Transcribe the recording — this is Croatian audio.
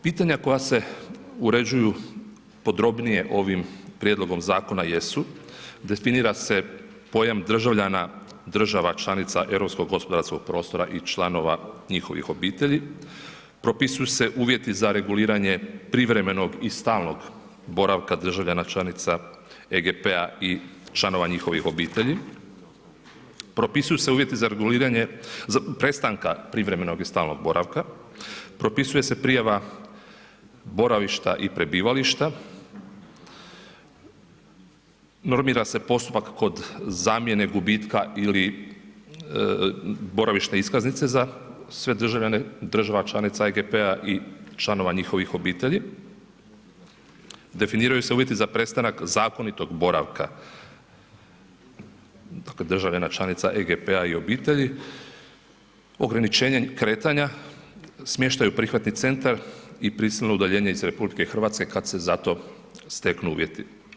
Pitanja koja se uređuju podrobnije ovim prijedlogom zakona jesu, definira se pojam državljana država članica europskog-gospodarskog prostora i članova njihovih obitelji, propisuju se uvjeti za reguliranje privremenog i stalnog boravka državljana članica EGP-a i članova njihovih obitelji, propisuju se uvjeti za reguliranje, prestanka privremenog i stalnog boravka, propisuje se prijava boravišta i prebivališta, normira se postupak kod zamjene gubitka ili boravišne iskaznice za sve državljane država članica EGP-a i članova njihovih obitelji, definiraju se uvjeti za prestanak zakonitog boravka, dakle, državljana članica EGP-a i obitelji, ograničenje kretanja, smještaj u prihvatni centar i prisilno udaljenje iz RH kad se za to steknu uvjeti.